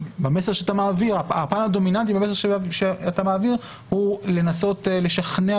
הפן הדומיננטי במסר שאתה מעביר הוא לנסות לשכנע